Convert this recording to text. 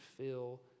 fill